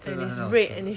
ya